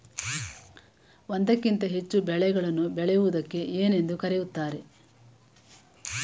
ಒಂದಕ್ಕಿಂತ ಹೆಚ್ಚು ಬೆಳೆಗಳನ್ನು ಬೆಳೆಯುವುದಕ್ಕೆ ಏನೆಂದು ಕರೆಯುತ್ತಾರೆ?